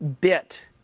bit